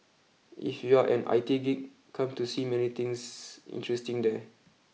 if you are an I T geek come to see many things interesting there